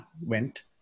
went